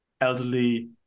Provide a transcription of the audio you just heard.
elderly